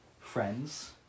friends